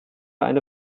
eine